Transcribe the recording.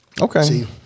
Okay